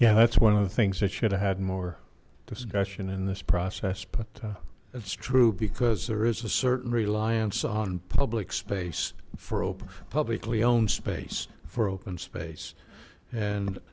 yeah that's one of the things that should have had more discussion in this process but it's true because there is a certain reliance on public space for a publicly owned space for open space and